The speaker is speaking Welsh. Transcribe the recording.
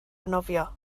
nofio